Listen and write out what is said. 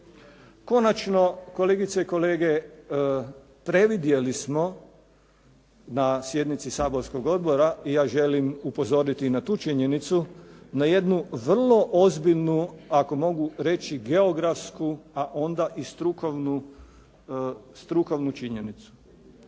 Konačno, kolegice i kolege, previdjeli smo na sjednici saborskog odbora i ja želim upozoriti i na tu činjenicu, na jednu vrlo ozbiljnu ako mogu reći geografsku, a onda i strukovnu činjenicu.